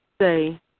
say